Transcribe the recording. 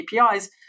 APIs